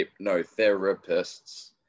hypnotherapists